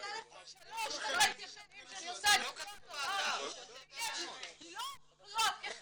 לא רק אחד